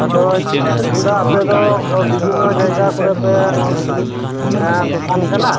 ᱟᱫᱚ ᱢᱮᱱᱫᱟ ᱟᱯᱮᱫᱚ ᱵᱤᱵᱷᱤᱱᱱᱚ ᱡᱟᱭᱜᱟᱠᱚᱨᱮ ᱯᱮᱫᱟᱲᱟᱱ ᱠᱟᱱᱟ